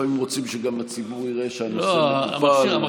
לפעמים רוצים שגם הציבור יראה שהנושא מטופל.